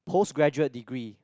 post graduate degree